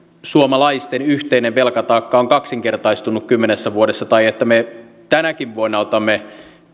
suomalaisten yhteinen velkataakka on kaksinkertaistunut kymmenessä vuodessa tai että me tänäkin vuonna otamme velkaa